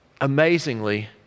Amazingly